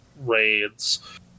raids